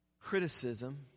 Criticism